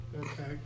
Okay